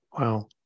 wow